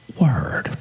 word